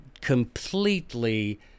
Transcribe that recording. completely